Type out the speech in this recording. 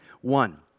One